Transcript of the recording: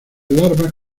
larvas